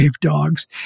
dogs